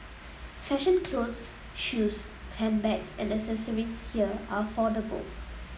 fashion clothes shoes handbags and accessories here are affordable